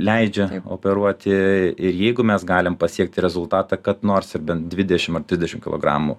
leidžia operuoti ir jeigu mes galim pasiekti rezultatą kad nors ir bent dvidešim ar trisdešim kilogramų